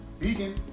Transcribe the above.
Vegan